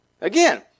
Again